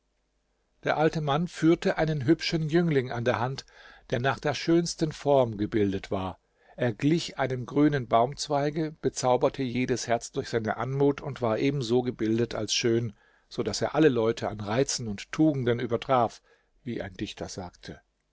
der alte mann führte einen hübschen jüngling an der hand der nach der schönsten form gebildet war er glich einem grünen baumzweige bezauberte jedes herz durch seine anmut und war eben so gebildet als schön so daß er alle leute an reizen und tugenden übertraf wie ein dichter sagte